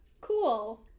cool